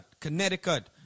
Connecticut